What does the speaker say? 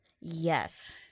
Yes